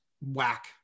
whack